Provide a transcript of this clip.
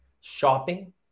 shopping